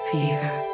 Fever